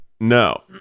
No